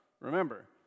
remember